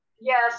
Yes